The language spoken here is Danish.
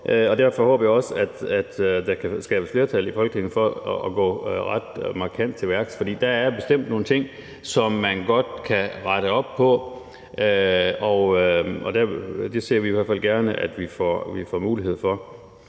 Derfor håber jeg også, at der kan skabes flertal i Folketinget for at gå ret markant til værks, for der er bestemt nogle ting, som man godt kan rette op på, og det ser vi i hvert fald gerne at vi får mulighed for.